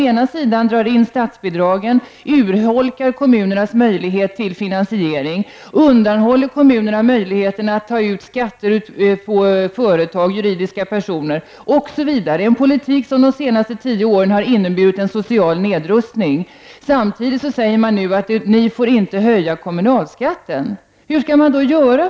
Man drar in statsbidragen, urholkar kommunernas möjligheter till finansiering och undanhåller kommunerna möjligheter att ta ut skatt på företag, juridiska personer osv. Det är en politik som de senaste tio åren har inneburit en social nedrustning. Samtidigt säger man nu att kommunalskatten inte får höjas. Hur skall man då göra?